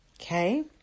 okay